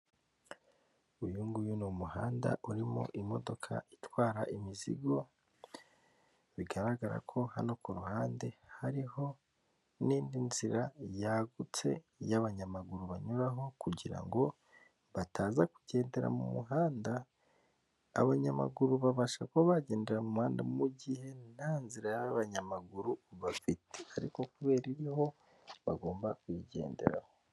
Uyu nguyu ni umuhanda urimo imodoka itwara imizigo bigaragara ko hano kuruhande hariho n'indi nzira yagutse y'abanyamaguru banyuraho kugirango bataza kugendera mu muhanda abanyamaguru babasha kuba bagendera muhanda mu mugihe nta nzira y'abanyamaguru bafite ariko kubera iriho bagomba kuyigenderaho.